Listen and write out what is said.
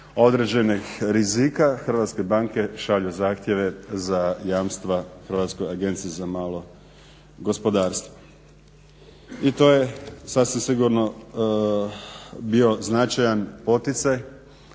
određenih rizika hrvatske banke šalju zahtjeve za jamstva Hrvatskoj agenciji za malo gospodarstvo. I to je sasvim sigurno bio značajan poticaj